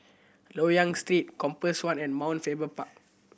Loyang Street Compass One and Mount Faber Park